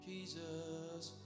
Jesus